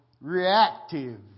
reactive